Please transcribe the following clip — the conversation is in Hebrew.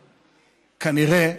כנראה,